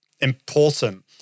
important